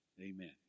Amen